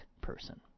person